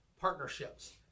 partnerships